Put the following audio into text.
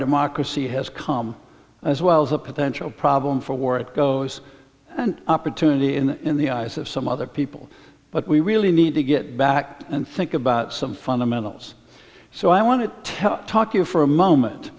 democracy has come as well as a potential problem for war it goes and opportunity in the eyes of some other people but we really need to get back and think about some fundamentals so i want to tell talk you for a moment